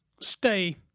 stay